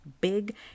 big